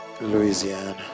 Louisiana